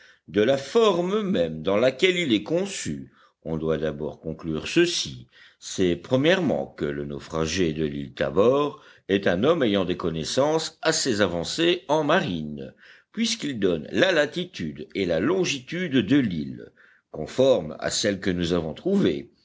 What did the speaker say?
de la forme même dans laquelle il est conçu on doit d'abord conclure ceci c'est premièrement que le naufragé de l'île tabor est un homme ayant des connaissances assez avancées en marine puisqu'il donne la latitude et la longitude de l'île conformes à celles que nous avons trouvées